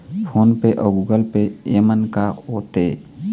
Phone पे अउ Google Pay येमन का होते?